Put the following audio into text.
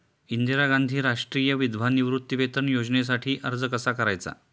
इंदिरा गांधी राष्ट्रीय विधवा निवृत्तीवेतन योजनेसाठी अर्ज कसा करायचा?